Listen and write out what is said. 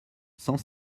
cent